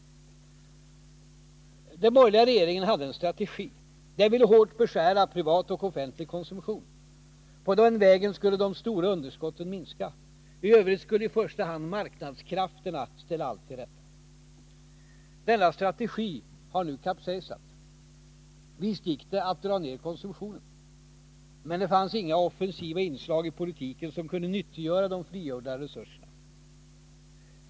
Den borgerliga regeringen hade en strategi. Den ville hårt beskära privat och offentlig konsumtion. På den vägen skulle de stora underskotten minska. I övrigt skulle i första hand marknadskrafterna ställa allt till rätta. Denna strategi har nu kapsejsat. Visst gick det att dra ner konsumtionen. Men det fanns inga offensiva inslag i politiken som kunde nyttiggöra de frigjorda resurserna.